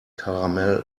caramel